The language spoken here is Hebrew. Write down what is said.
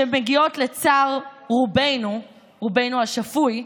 שמגיעות לצער רובנו, רובנו השפוי,